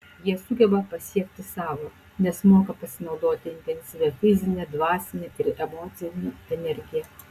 jie sugeba pasiekti savo nes moka pasinaudoti intensyvia fizine dvasine ir emocine energija